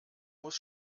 muss